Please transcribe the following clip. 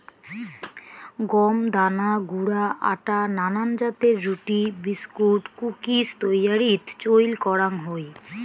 গম দানা গুঁড়া আটা নানান জাতের রুটি, বিস্কুট, কুকিজ তৈয়ারীত চইল করাং হই